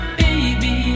baby